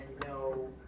no